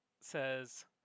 Says